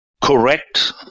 correct